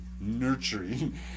nurturing